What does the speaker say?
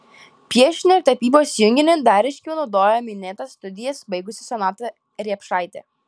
piešinio ir tapybos junginį dar ryškiau naudoja minėtas studijas baigusi sonata riepšaitė